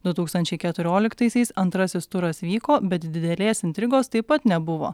du tūkstančiai keturioliktaisiais antrasis turas vyko bet didelės intrigos taip pat nebuvo